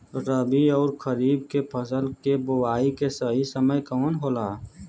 रबी अउर खरीफ के फसल के बोआई के सही समय कवन होला?